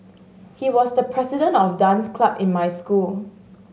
he was the president of dance club in my school